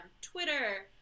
Twitter